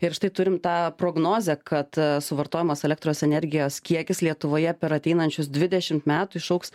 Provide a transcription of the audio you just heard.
ir štai turim tą prognozę kad suvartojamos elektros energijos kiekis lietuvoje per ateinančius dvidešimt metų išaugs